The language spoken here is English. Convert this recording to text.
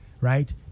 right